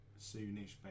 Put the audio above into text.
soonish